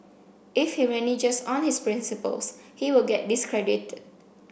if he reneges on his principles he will get discredited